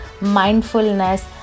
mindfulness